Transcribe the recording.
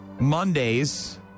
Mondays